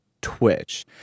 Twitch